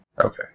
Okay